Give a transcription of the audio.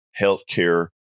healthcare